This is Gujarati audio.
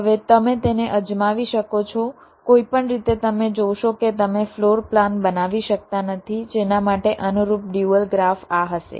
હવે તમે તેને અજમાવી શકો છો કોઈપણ રીતે તમે જોશો કે તમે ફ્લોર પ્લાન બનાવી શકતા નથી જેના માટે અનુરૂપ ડ્યુઅલ ગ્રાફ આ હશે